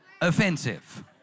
offensive